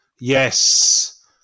Yes